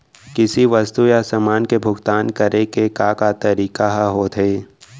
किसी वस्तु या समान के भुगतान करे के का का तरीका ह होथे?